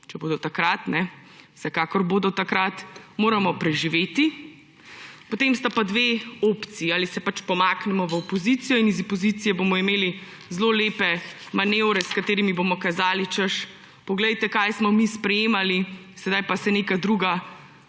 če bodo takrat ‒ vsekakor bodo takrat ‒, moramo preživeti. Potem sta pa dve opciji: ali se pač pomaknemo v opozicijo in iz opozicije bomo imeli zelo lepe manevre, s katerimi bomo kazali, češ, poglejte, kaj smo mi sprejemali, sedaj pa se nega druga